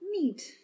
Neat